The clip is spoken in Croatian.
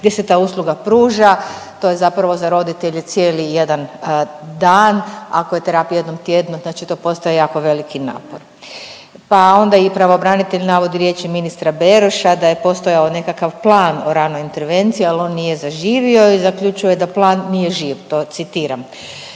gdje se ta usluga pruža. To je zapravo za roditelje cijeli jedan dan ako je terapija jednom tjedno znači to postaje jako veliki napor. Pa onda i pravobranitelj navodi riječi ministra Beroša da je postojao nekakav plan o ranoj intervenciji, al on nije zaživio i zaključuje da plan nije živ, to citiram,